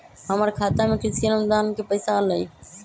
हमर खाता में कृषि अनुदान के पैसा अलई?